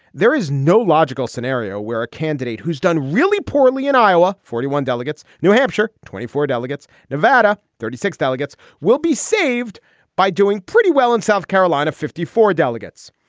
there is no logical scenario where a candidate who's done really poorly in iowa. forty one delegates. new hampshire, twenty four delegates. nevada. thirty six delegates will be saved by doing pretty well in south carolina, fifty four delegates.